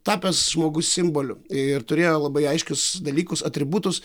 tapęs žmogus simboliu ir turėjo labai aiškius dalykus atributus